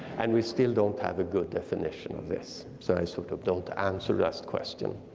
and we still don't have a good definition of this. so i sort of don't answer that question.